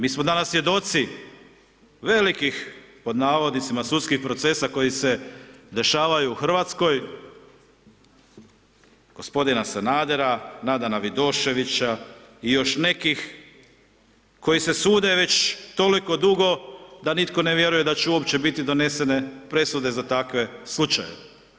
Mi smo danas svjedoci velikih, pod navodnicima, sudskih procesa koji se dešavaju u Hrvatskoj, gospodina Sanadera, Nadana Vidoševića i još nekih koji se sude već toliko dugo da nitko ne vjeruje da će uopće biti donesene presude za takve slučajeve.